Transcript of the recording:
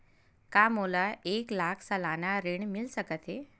का मोला एक लाख सालाना ऋण मिल सकथे?